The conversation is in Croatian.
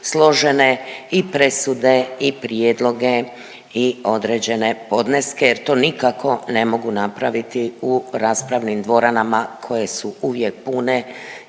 i presude i prijedloge i određene podneske jer to nikako ne mogu napraviti u raspravnim dvoranama koje su uvijek pune